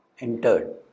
entered